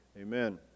Amen